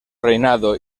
reinado